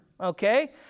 okay